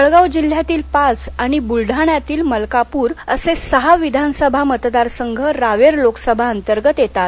जळगाव जिल्ह्यातील पाच आणि बुलढाण्यातील एक असे सहा विधानसभा मतदार संघ रावेर लोकसभा अंतर्गत येतात